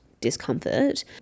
discomfort